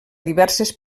diverses